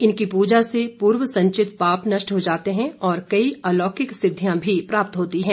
इनकी पूजा से पूर्वसंचित पाप नष्ट हो जाते हैं और कई अलौलिक सिद्धियां भी प्राप्त होती हैं